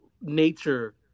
nature